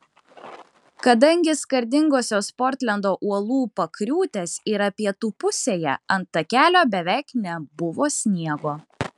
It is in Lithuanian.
kadangi skardingosios portlendo uolų pakriūtės yra pietų pusėje ant takelio beveik nebuvo sniego